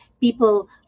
people